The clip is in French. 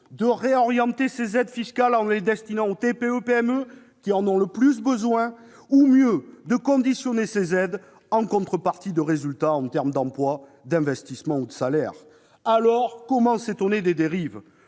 de réorienter les aides fiscales en les destinant aux TPE-PME, qui en ont le plus besoin, ou, mieux, de les conditionner en contrepartie à des résultats en termes d'emploi, d'investissements ou de salaires. Alors, comment s'étonner des dérives ?